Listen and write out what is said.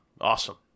Awesome